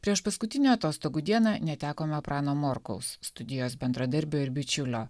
priešpaskutinę atostogų dieną netekome prano morkaus studijos bendradarbio ir bičiulio